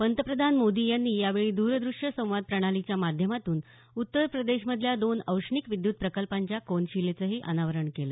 पंतप्रधान मोदी यांनी यांवेळी द्रद्रश्य संवाद प्रणालीच्या माध्यमातून उत्तरप्रदेश मधल्या दोन औष्णीक विद्युत प्रकल्पांच्या कोन शिलेचं अनावरण केलं